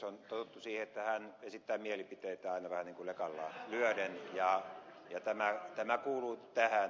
on totuttu siihen että hän esittää mielipiteitään aina vähän niin kuin lekalla lyöden ja tämä kuuluu tähän